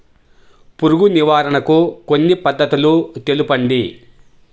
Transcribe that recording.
పురుగు నివారణకు కొన్ని పద్ధతులు తెలుపండి?